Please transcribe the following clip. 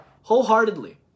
wholeheartedly